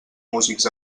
músics